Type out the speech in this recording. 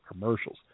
commercials